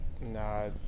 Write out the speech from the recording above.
nah